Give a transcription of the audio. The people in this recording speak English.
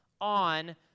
on